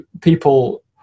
people